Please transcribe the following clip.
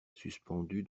suspendu